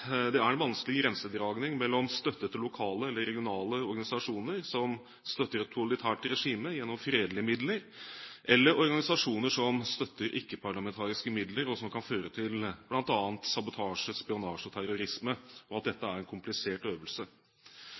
det er en vanskelig grensedragning mellom støtte til lokale eller regionale organisasjoner som støtter et totalitært regime gjennom fredelige midler, og organisasjoner som støtter ikke-parlamentariske midler, og som kan føre til bl.a. sabotasje, spionasje og terrorisme, og at dette er en komplisert øvelse.